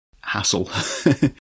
hassle